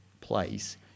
place